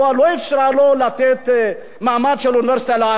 אפשרה לו לתת מעמד של אוניברסיטה לאריאל,